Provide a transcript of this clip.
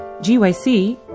GYC